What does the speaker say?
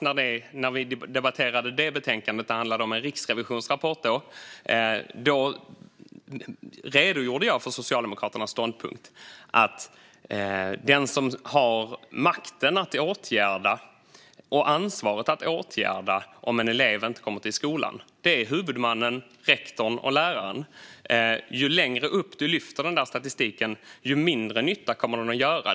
När vi debatterade detta betänkande - det handlade då om en rapport från Riksrevisionen - redogjorde jag för Socialdemokraternas ståndpunkt, nämligen att den som har makten och ansvaret att åtgärda om en elev inte kommer till skolan är huvudmannen, rektorn och läraren. Ju längre upp du lyfter statistiken, desto mindre nytta kommer den att göra.